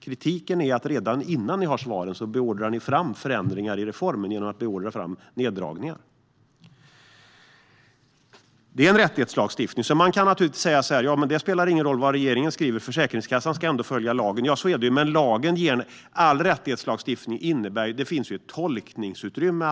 Kritiken är att redan innan ni har svaren beordrar ni fram förändringar i reformen genom att besluta om neddragningar. Det är en rättighetslagstiftning, så man kan naturligtvis säga: Det spelar ingen roll vad regeringen skriver, för Försäkringskassan ska ändå följa lagen. Så är det ju, men i all rättighetslagstiftning finns det ett tolkningsutrymme.